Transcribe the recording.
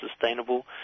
sustainable